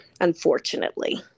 Unfortunately